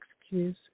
excuse